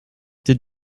did